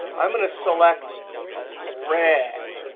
i'm going to select red.